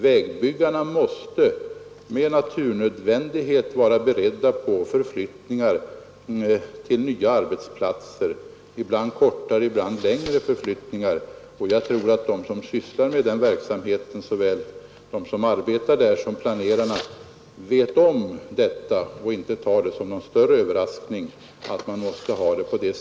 Vägbyggarna måste med naturnödvändighet vara beredda på förflyttningar till nya arbetsplatser, ibland kortare och ibland längre förflyttningar, och jag tror att de som sysslar med den verksamheten, såväl vägarbetare som planerare, vet om detta och inte tar det som någon överraskning när de måste flytta på sig.